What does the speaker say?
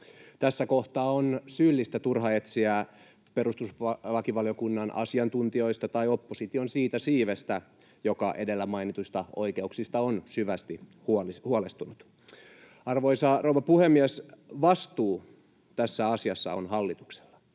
Tässä kohtaa on syyllistä turha etsiä perustuslakivaliokunnan asiantuntijoista tai opposition siitä siivestä, joka edellä mainituista oikeuksista on syvästi huolestunut. Arvoisa rouva puhemies! Vastuu tässä asiassa on hallituksella,